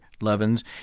Levens